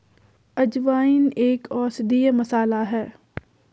अजवाइन एक औषधीय मसाला है